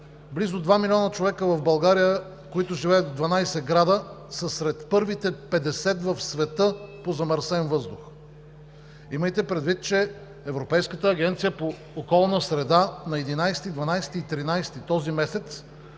близо 2 милиона човека в България, които живеят в 12 града, са сред първите 50 в света по замърсен въздух. Имайте предвид, че Европейската агенция по околна среда на 11-и, 12-и и 13-и този месец